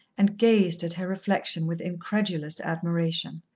and gazed at her reflection with incredulous admiration.